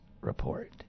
report